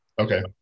Okay